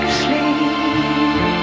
sleep